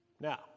Now